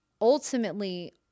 ultimately